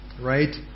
right